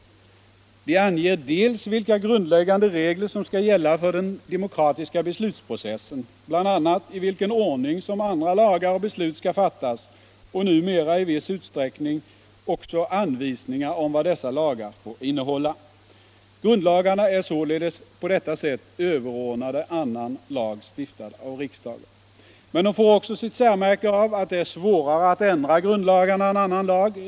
De grundlag anger dels vilka grundläggande regler som skall gälla för den demokratiska beslutsprocessen, bl.a. i vilken ordning andra lagar och beslut skall fattas och numera i viss utsträckning också anvisningar om vad dessa lagar får innehålla. Grundlagarna är således på detta sätt överordnade annan lag stiftad av riksdagen. Dels får de sitt särmärke av att det är svårare att ändra grundlagarna än annan lag.